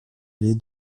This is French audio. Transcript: allée